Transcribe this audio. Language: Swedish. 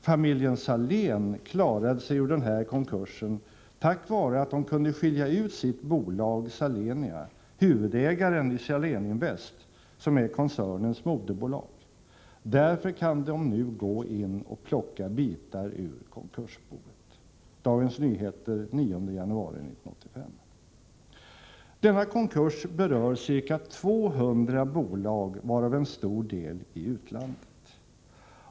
——— Familjen Salén klarade sig ur den här konkursen tack vare att de kunde skilja ut sitt bolag Salenia, huvudägaren i Saléninvest, som är koncernens moderbolag. Därför kan de nu gå in och plocka bitar ur konkursboet.” Denna konkurs berör ca 200 bolag, varav en stor deli utlandet.